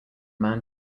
man